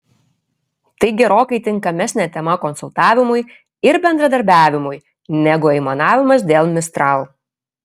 tai gerokai tinkamesnė tema konsultavimui ir bendradarbiavimui negu aimanavimas dėl mistral